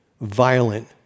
violent